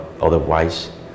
otherwise